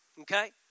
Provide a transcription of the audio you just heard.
okay